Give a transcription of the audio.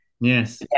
yes